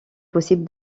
possible